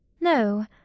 No